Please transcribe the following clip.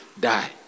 die